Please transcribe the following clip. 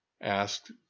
asked